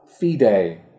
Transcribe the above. Fide